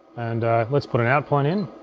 and let's put an out point in.